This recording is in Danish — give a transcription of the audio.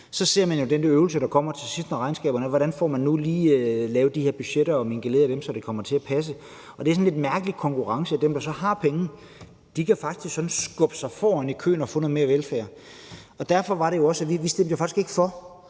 Så ser man jo den øvelse, der kommer til sidst i forbindelse med regnskaberne, i forhold til hvordan man nu lige får lavet de her budgetter og mingeleret dem, så det kommer til at passe. Det er sådan en lidt mærkelig konkurrence, og dem, der så har penge, kan faktisk sådan skubbe sig foran i køen og få noget mere velfærd. Derfor var det jo også sådan, at vi faktisk ikke